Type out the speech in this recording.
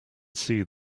see